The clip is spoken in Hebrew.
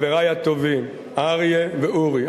חברי הטובים אריה ואורי,